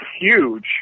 huge